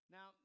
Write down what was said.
Now